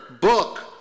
book